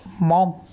mom